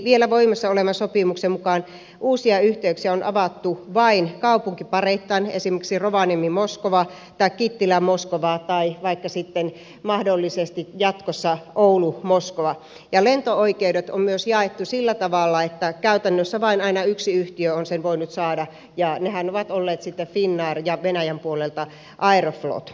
vielä voimassa olevan sopimuksen mukaan uusia yhteyksiä on avattu vain kaupunkipareittain esimerkiksi rovaniemimoskova tai kittilämoskova tai mahdollisesti sitten jatkossa vaikka oulumoskova ja lento oikeudet on myös jaettu sillä tavalla että käytännössä aina vain yksi yhtiö on sen voinut saada ja nehän ovat olleet sitten finnair ja venäjän puolelta aeroflot